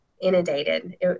inundated